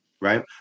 right